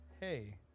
Hey